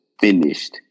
finished